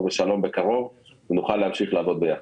לשלום בקרוב ונוכל להמשיך לעבוד יחד.